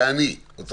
אני אמרתי את זה,